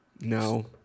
No